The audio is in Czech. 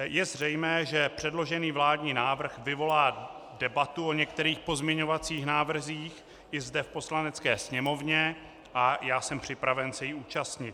Je zřejmé, že předložený vládní návrh vyvolá debatu o některých pozměňovacích návrzích i zde v Poslanecké sněmovně, a já jsem připraven se jí účastnit.